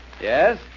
Yes